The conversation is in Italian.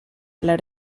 nella